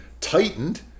tightened